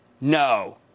No